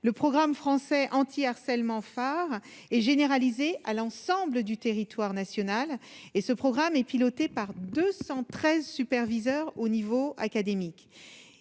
le programme français anti-harcèlement phare et généralisé à l'ensemble du territoire national et ce programme est piloté par 213 superviseur au niveau académique,